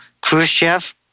Khrushchev